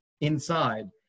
inside